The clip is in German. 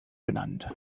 benannt